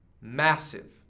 Massive